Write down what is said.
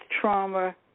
Trauma